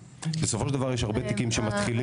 בסופו של דבר יש הרבה תיקים שמתחילים